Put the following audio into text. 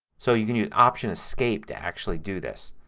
so you can use option, escape to actually do this.